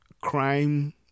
crime